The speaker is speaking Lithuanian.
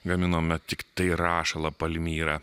gaminome tiktai rašalą palmyrą